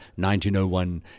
1901